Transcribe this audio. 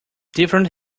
different